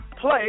play